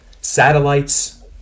satellites